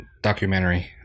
documentary